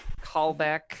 callback